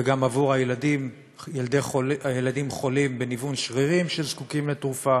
וגם עבור ילדים חולים בניוון שרירים שזקוקים לתרופה.